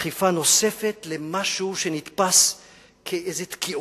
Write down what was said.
נוספת למשהו שנתפס כאיזו תקיעות.